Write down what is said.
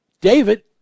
david